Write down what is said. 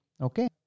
Okay